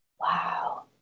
Wow